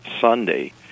Sunday